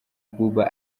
abuba